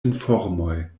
informoj